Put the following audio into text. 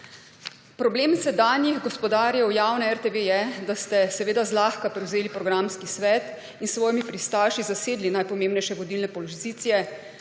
Problem sedanjih gospodarjev javne RTV je, da ste seveda zlahka prevzeli programski svet in s svojimi pristaši zasedli najpomembnejše vodilne pozicije,